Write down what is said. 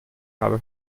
habe